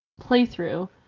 playthrough